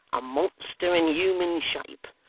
a monster in human shape,